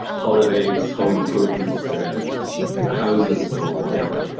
holidays, home improvements, and houses or whatever,